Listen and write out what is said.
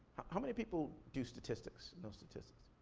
how many people do statistics, know statistics?